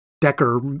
Decker